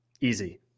Easy